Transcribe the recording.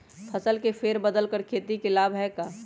फसल के फेर बदल कर खेती के लाभ है का?